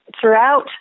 throughout